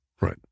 Right